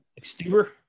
Stuber